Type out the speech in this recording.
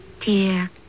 Dear